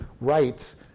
rights